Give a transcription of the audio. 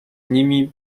nimi